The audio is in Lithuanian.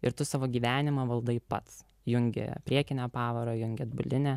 ir tu savo gyvenimą valdai pats jungi priekinę pavarą jungi atbulinę